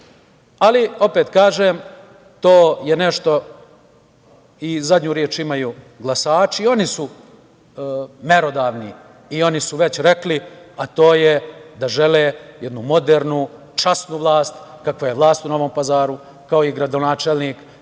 opet kažem, poslednju reč imaju glasači. Oni su merodavni i oni su već rekli, a to je da žele jednu modernu i časnu vlast, kakva je vlast u Novom Pazaru, kao i gradonačelnik